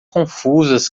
confusas